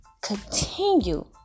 continue